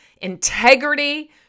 integrity